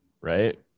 Right